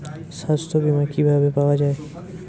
সাস্থ্য বিমা কি ভাবে পাওয়া যায়?